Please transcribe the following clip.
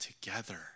together